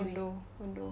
condo condo